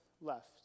left